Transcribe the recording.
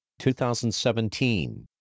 2017